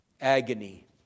agony